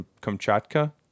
Kamchatka